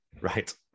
right